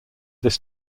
this